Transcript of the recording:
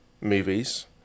movies